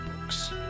books